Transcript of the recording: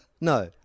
No